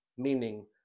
Meaning